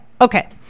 okay